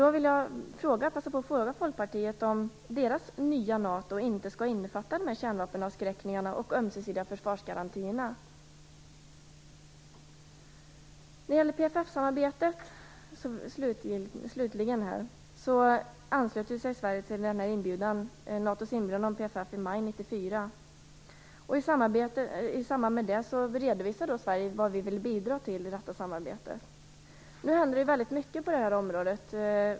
Jag vill därför passa på att fråga Folkpartiet om deras nya NATO inte skall innefatta kärnvapenavskräckningen och de ömsesidiga försvarsgarantierna. När det slutligen gäller PFF-samarbetet anslöt sig samband med det redovisade Sverige vad vi vill bidra till i detta samarbete. Nu händer det väldigt mycket på det här området.